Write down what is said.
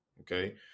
Okay